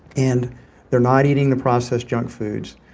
and they're not eating the processed junk foods.